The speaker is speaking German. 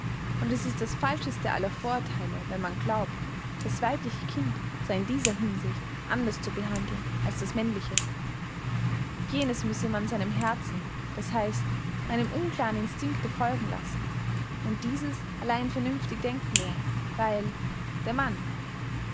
und es ist das falscheste aller vorurtheile wenn man glaubt das weibliche kind sei in dieser hinsicht anders zu behandeln als das männliche jenes müsse man seinem herzen d h einem unklaren instinkte folgen lassen und dieses allein vernünftig denken lehren weil der mann